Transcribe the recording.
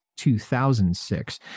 2006